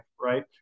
right